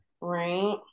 Right